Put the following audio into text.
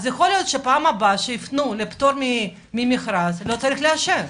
יכול להיות שבפעם הבאה שיפנו לפטור ממכרז לא צריך לאשר.